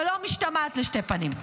שלא משתמעת לשתי פנים.